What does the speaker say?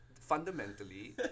fundamentally